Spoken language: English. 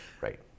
Right